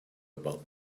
about